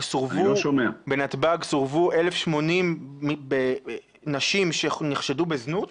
סורבו 1,080 נשים שנחשדו בזנות?